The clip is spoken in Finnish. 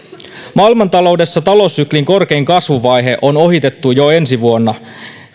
maailmantaloudessa taloussyklin korkein kasvuvaihe on ohitettu jo ensi vuonna